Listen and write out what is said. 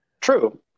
True